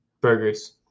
Burgers